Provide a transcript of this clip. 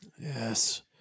yes